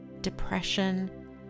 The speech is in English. Depression